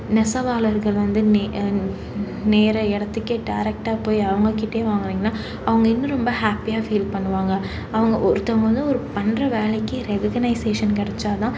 நெசவாளர்கள் வந்து நெய்கிற இடத்துக்கே டேரெக்டாக போய் அவங்ககிட்டேயே வாங்குனீங்கன்னா அவங்க இன்னும் ரொம்ப ஹாப்பியாக ஃபீல் பண்ணுவாங்க அவங்க ஒருத்தவங்க வந்து ஒரு பண்ணுற வேலைக்கு ரெககனைசேஷன் கிடைச்சாதான்